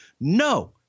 no